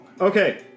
Okay